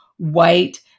white